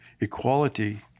equality